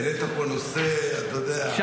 העלית פה נושא, אתה יודע, עדין, רגיש.